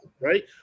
right